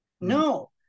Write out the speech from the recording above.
No